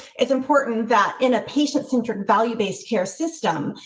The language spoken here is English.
it's important that in a patient centered value, based care system,